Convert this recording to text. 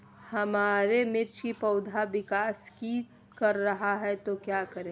हमारे मिर्च कि पौधा विकास ही कर रहा है तो क्या करे?